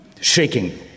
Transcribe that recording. Shaking